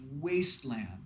wasteland